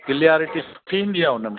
clarity सुठी इंदी आहे उनमें